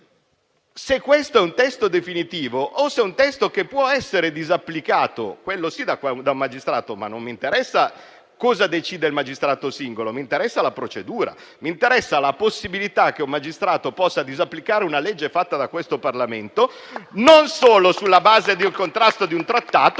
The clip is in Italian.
se è un testo definitivo o è un testo che può essere disapplicato da un magistrato, a me non interessa cosa decide il magistrato singolo, mi interessa la procedura; mi interessa la possibilità che un magistrato possa disapplicare una legge emanata da questo Parlamento sulla base del contrasto non solo